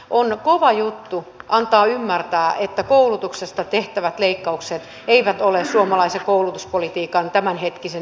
on kova juttu antaa ymmärtää että koulutuksesta tehtävät leikkaukset eivät ole suomalaisen koulutuspolitiikan tämänhetkinen isoin haaste